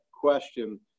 question